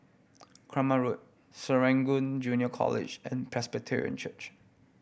Kramat Road Serangoon Junior College and Presbyterian Church